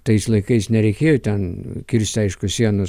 tais laikais nereikėjo ten kirsti aišku sienų